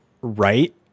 right